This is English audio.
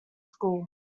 school